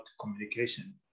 communication